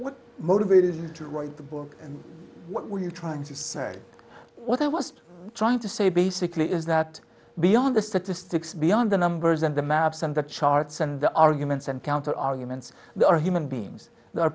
what motivated you to write the book what were you trying to search what i was trying to say basically is that beyond the statistics beyond the numbers and the maps and the charts and the arguments and counter arguments they are human beings